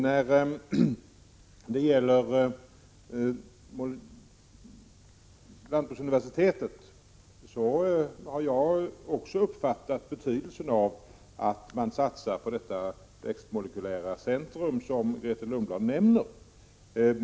När det sedan gäller lantbruksuniversitetet har även jag uppfattat betydelsen av att man satsar på det växtmolekylära centrum som Grethe Lundblad nämner.